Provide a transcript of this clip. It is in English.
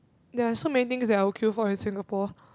there're so many things that I would queue for in Singapore